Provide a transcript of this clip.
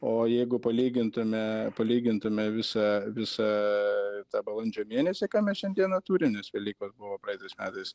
o jeigu palygintume palygintume visą visą tą balandžio mėnesį ką mes šiandieną turim nes velykos buvo praeitais metais